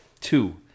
Two